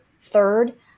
third